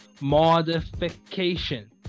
Modification